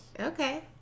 Okay